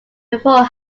before